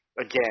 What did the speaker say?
again